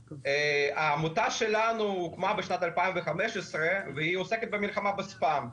העמותה שלנו הוקמה בשנת 2015 והיא עוסקת במלחמה בספאם.